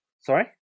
Sorry